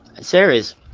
series